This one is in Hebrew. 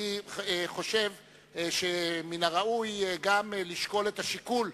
אני חושב שמן הראוי לשקול את השיקול,